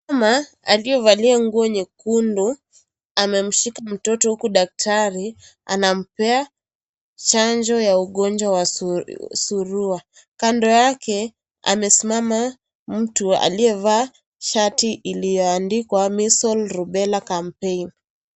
Mama aliyevalia nguo nyekundu amemshoka mtoto huku daktari anampea chanjo ya ugonjwa wa surua. Kando yake amesimama mtu anayevaa shati iliyoandikwa cs(miscle repella campaign).